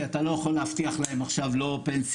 כי אתה לא יכול להבטיח להם עכשיו לא פנסיה